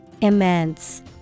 Immense